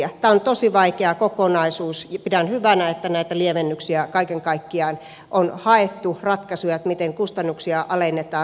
tämä on tosi vaikea kokonaisuus ja pidän hyvänä että näitä lievennyksiä kaiken kaikkiaan on haettu ratkaisuja miten kustannuksia alennetaan